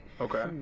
Okay